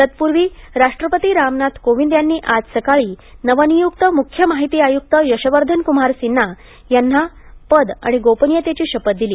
तत्पूर्वी राष्ट्रपती रामनाथ कोविंद यांनी आज सकाळी नवनियुक्त मुख्य माहिती आयुक्त यशवर्धन कुमार सिन्हा यांना पद आणि गोपनीयतेची शपथ दिली